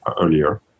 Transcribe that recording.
earlier